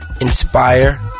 inspire